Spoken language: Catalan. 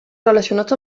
relacionats